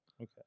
Okay